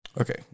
Okay